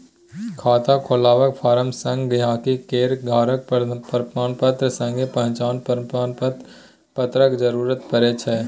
खाता खोलबाक फार्म संग गांहिकी केर घरक प्रमाणपत्र संगे पहचान प्रमाण पत्रक जरुरत परै छै